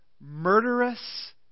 murderous